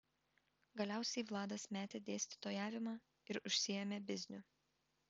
galiausiai vladas metė dėstytojavimą ir užsiėmė bizniu